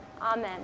Amen